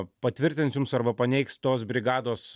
patvirtins jums arba paneigs tos brigados